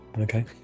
Okay